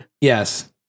Yes